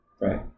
Right